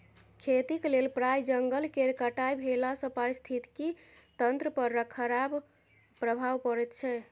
खेतीक लेल प्राय जंगल केर कटाई भेलासँ पारिस्थितिकी तंत्र पर खराप प्रभाव पड़ैत छै